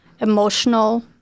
emotional